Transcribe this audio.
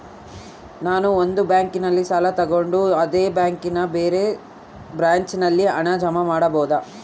ನಾನು ಒಂದು ಬ್ಯಾಂಕಿನಲ್ಲಿ ಸಾಲ ತಗೊಂಡು ಅದೇ ಬ್ಯಾಂಕಿನ ಬೇರೆ ಬ್ರಾಂಚಿನಲ್ಲಿ ಹಣ ಜಮಾ ಮಾಡಬೋದ?